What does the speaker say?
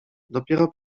dopiero